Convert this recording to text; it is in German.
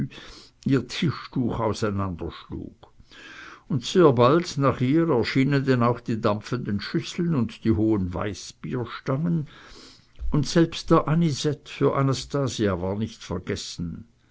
ihr tischtuch auseinanderschlug und sehr bald nach ihr erschienen denn auch die dampfenden schüsseln und die hohen weißbierstangen und selbst der anisette für anastasia war nicht vergessen